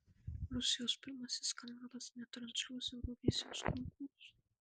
rusijos pirmasis kanalas netransliuos eurovizijos konkurso